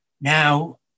now